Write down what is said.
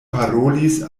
parolis